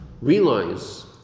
realize